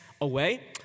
away